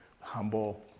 humble